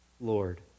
Lord